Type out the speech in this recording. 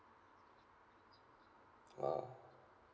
uh